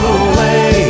away